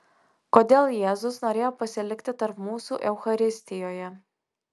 kodėl jėzus norėjo pasilikti tarp mūsų eucharistijoje